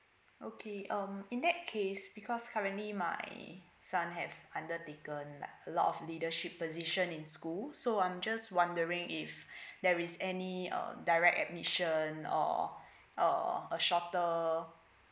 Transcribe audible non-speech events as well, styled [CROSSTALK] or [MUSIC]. okay um in that case because currently my son have undertaken like a lot of leadership position in school so I'm just wondering if [BREATH] there is any on direct admission or [BREATH] or a shorter